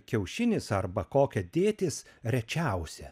kiaušinis arba kokia dėtis rečiausia